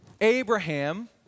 Abraham